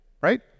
Right